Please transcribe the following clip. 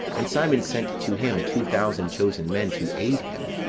and simon sent to him two thousand chosen men to aid him,